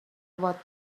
about